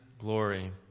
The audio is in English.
glory